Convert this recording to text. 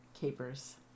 capers